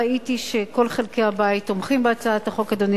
ראיתי שכל חלקי הבית תומכים בהצעת החוק,